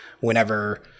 whenever